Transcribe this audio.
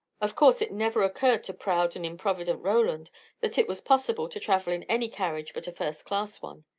of course it never occurred to proud and improvident roland that it was possible to travel in any carriage but a first-class one.